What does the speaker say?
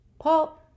Paul